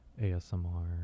ASMR